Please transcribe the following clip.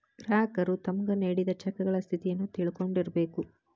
ಗ್ರಾಹಕರು ತಮ್ಗ್ ನೇಡಿದ್ ಚೆಕಗಳ ಸ್ಥಿತಿಯನ್ನು ತಿಳಕೊಂಡಿರ್ಬೇಕು